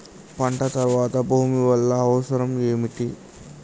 పంట తర్వాత భూమి వల్ల అవసరం ఏమిటి?